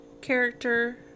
character